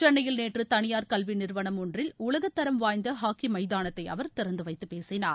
சென்னையில் நேற்று தனியார் கல்வி நிறுவனம் ஒன்றில் உலக தரம் வாய்ந்த ஹாக்கி மைதானத்தை அவர் திறந்து வைத்து பேசினார்